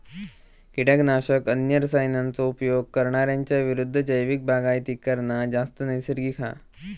किटकनाशक, अन्य रसायनांचो उपयोग करणार्यांच्या विरुद्ध जैविक बागायती करना जास्त नैसर्गिक हा